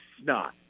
snot